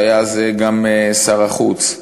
שהיה אז גם שר החוץ,